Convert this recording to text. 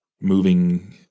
moving